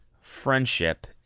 friendship